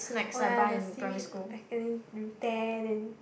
oh ya the seaweed packaging you tear then